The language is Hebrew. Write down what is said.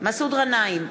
מסעוד גנאים,